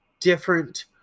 different